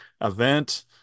event